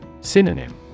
Synonym